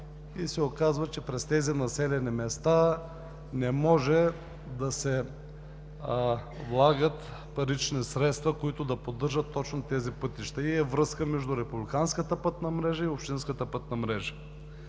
и се оказва, че през тези населени места не може да се влагат парични средства, които да поддържат точно тези пътища, и е връзка между републиканската пътна мрежа и общинската пътна мрежа.